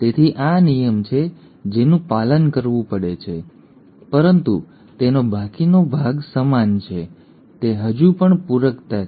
તેથી આ નિયમ છે જેનું પાલન કરવું પડે છે પરંતુ તેનો બાકીનો ભાગ સમાન છે તે હજી પણ પૂરકતા છે